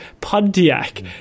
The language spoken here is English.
Pontiac